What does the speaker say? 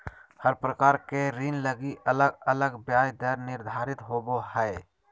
हर प्रकार के ऋण लगी अलग अलग ब्याज दर निर्धारित होवो हय